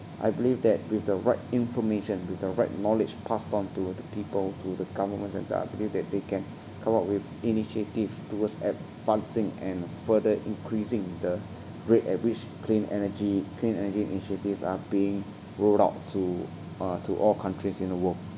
I believe that with the right information with the right knowledge passed onto the people to the government and so I believe that they can come up with initiatives towards advancing and further increasing the rate at which clean energy clean energy initiatives are being rolled out to uh to all countries in the world